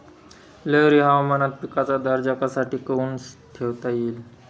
लहरी हवामानात पिकाचा दर्जा कसा टिकवून ठेवता येईल?